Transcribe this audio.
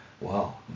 wow